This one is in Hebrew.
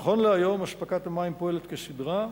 נכון להיום, אספקת המים פועלת כסדרה.